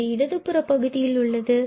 இது இடதுபுறம் பகுதியில் உள்ளது